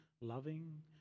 Loving